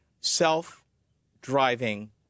self-driving